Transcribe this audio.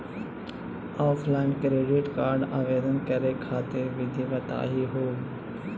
Offline credit card आवेदन करे खातिर विधि बताही हो?